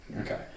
Okay